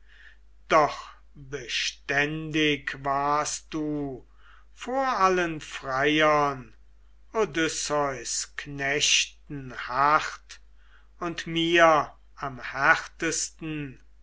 doch beständig warst du vor allen freiern odysseus knechten hart und mir am härtesten